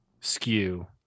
skew